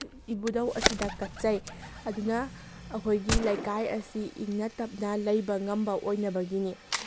ꯏꯕꯨꯗꯧ ꯑꯁꯤꯗ ꯀꯠꯆꯩ ꯑꯗꯨꯅ ꯑꯩꯈꯣꯏꯒꯤ ꯂꯩꯀꯥꯏ ꯑꯁꯤ ꯏꯪꯅ ꯇꯞꯅ ꯂꯩꯕ ꯉꯝꯕ ꯑꯣꯏꯅꯕꯒꯤꯅꯤ